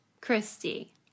Christy